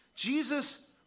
Jesus